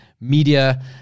Media